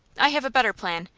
i have a better plan.